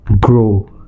grow